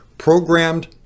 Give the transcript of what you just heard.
programmed